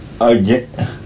again